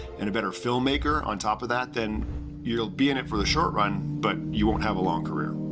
and a better film maker, on top of that, then you'll be in it for the short run, but you won't have a long career.